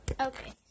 Okay